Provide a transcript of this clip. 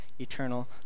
eternal